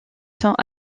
sont